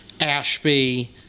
Ashby